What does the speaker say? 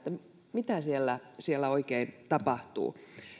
mitä siellä siellä oikein tapahtuu